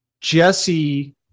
jesse